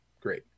Great